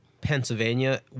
Pennsylvania